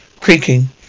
Creaking